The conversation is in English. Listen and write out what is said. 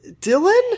Dylan